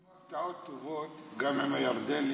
יהיו הפתעות טובות גם עם הירדנים